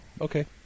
Okay